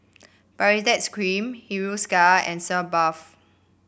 Baritex Cream Hiruscar and Sitz Bath